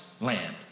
land